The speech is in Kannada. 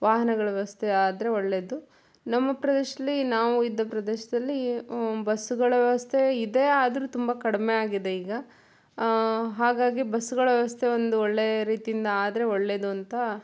ವಾಹನಗಳ ವ್ಯವಸ್ಥೆ ಆದರೆ ಒಳ್ಳೆದು ನಮ್ಮ ಪ್ರದೇಶಲ್ಲಿ ನಾವು ಇದ್ದ ಪ್ರದೇಶದಲ್ಲಿ ಬಸ್ಸುಗಳ ವ್ಯವಸ್ಥೆ ಇದೆ ಆದರು ತುಂಬ ಕಡಿಮೆ ಆಗಿದೆ ಈಗ ಹಾಗಾಗಿ ಬಸ್ಸುಗಳ ವ್ಯವಸ್ಥೆ ಒಂದು ಒಳ್ಳೆ ರೀತಿಂದ ಆದರೆ ಒಳ್ಳೆದಂತ